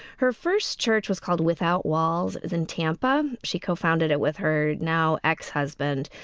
her first church was called without walls is in tampa. she co-founded it with her now ex-husband.